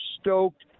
stoked